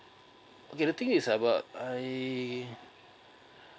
okay the thing is about I